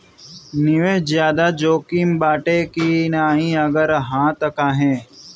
निवेस ज्यादा जोकिम बाटे कि नाहीं अगर हा तह काहे?